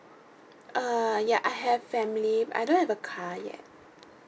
uh ya I have family but I don't have a car yet